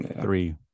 three